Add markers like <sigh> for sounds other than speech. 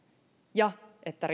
ja että <unintelligible>